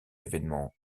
événements